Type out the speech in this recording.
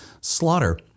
slaughter